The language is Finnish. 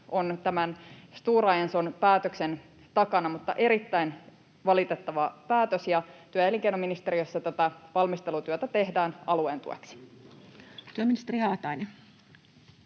on tämän Stora Enson päätöksen takana. Tämä on erittäin valitettava päätös, ja työ- ja elinkeinoministeriössä tehdään valmistelutyötä alueen tueksi. Työministeri Haatainen.